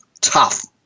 tough